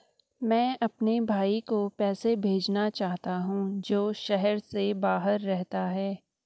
मैं अपने भाई को पैसे भेजना चाहता हूँ जो शहर से बाहर रहता है